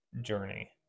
journey